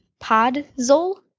podzol